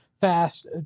fast